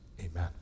amen